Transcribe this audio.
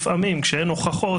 לפעמים כשאין הוכחות,